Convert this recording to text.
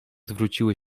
zwróciły